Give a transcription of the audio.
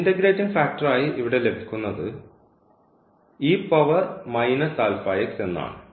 integrating factor ആയി ഇവിടെ ലഭിക്കുന്നത് എന്നാണ്